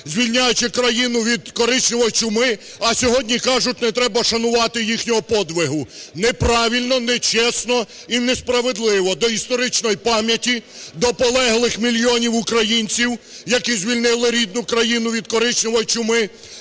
звільняючи країну від коричневої чуми, а сьогодні кажуть, не треба шанувати їхнього подвигу. Неправильно, нечесно і несправедливо до історичної пам'яті, до полеглих мільйонів українців, які звільнили рідну країну від коричневої чуми,